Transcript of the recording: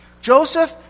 Joseph